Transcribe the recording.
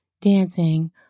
dancing